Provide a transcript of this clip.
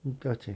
不要紧